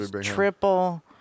Triple